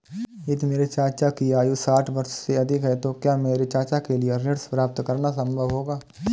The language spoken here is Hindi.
यदि मेरे चाचा की आयु साठ वर्ष से अधिक है तो क्या मेरे चाचा के लिए ऋण प्राप्त करना संभव होगा?